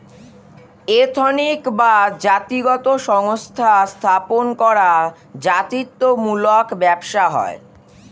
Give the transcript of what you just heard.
ethnic বা জাতিগত সংস্থা স্থাপন করা জাতিত্ব মূলক ব্যবসা হয়